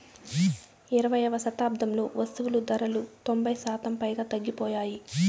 ఇరవైయవ శతాబ్దంలో వస్తువులు ధరలు తొంభై శాతం పైగా తగ్గిపోయాయి